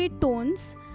tones